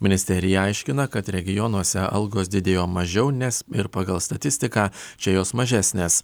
ministerija aiškina kad regionuose algos didėjo mažiau nes ir pagal statistiką čia jos mažesnės